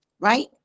right